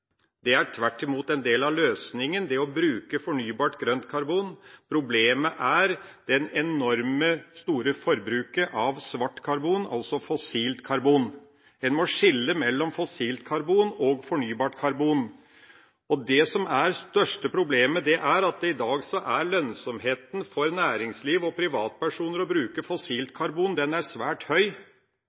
Det er tvert imot en del av løsninga å bruke fornybart grønt karbon. Problemet er det enormt store forbruket av svart karbon, altså fossilt karbon. En må skille mellom fossilt karbon og fornybart karbon. Det som er det største problemet, er at i dag er lønnsomheten for næringsliv og privatpersoner ved å bruke fossilt karbon svært høy,